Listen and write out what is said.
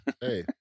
Hey